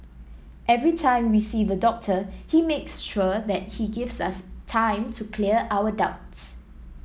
every time we see the doctor he makes sure that he gives us time to clear our doubts